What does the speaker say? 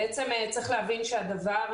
צריך להבין שהדבר,